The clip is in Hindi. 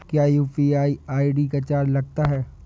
क्या यू.पी.आई आई.डी का चार्ज लगता है?